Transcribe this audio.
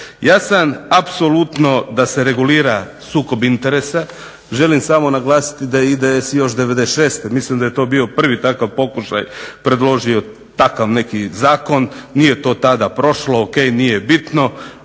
Ja sam apsolutno da se regulira sukob interesa, želim samo naglasiti da je IDS još '96., mislim da je to bio prvi takav pokušaj, predložio takav neki zakon. Nije to tada prošlo, ok nije bitno.